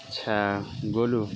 اچھا گولو